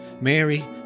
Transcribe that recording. Mary